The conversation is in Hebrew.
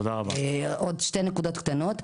עוד שתי נקודות קטנות.